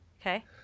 okay